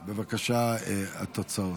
בבקשה, התוצאות.